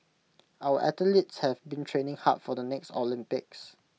our athletes have been training hard for the next Olympics